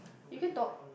you can talk